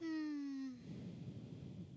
mm